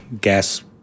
Gas